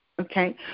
okay